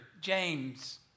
James